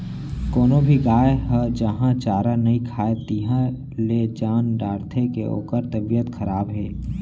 कोनो भी गाय ह जहॉं चारा नइ खाए तिहॉं ले जान डारथें के ओकर तबियत खराब हे